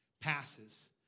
passes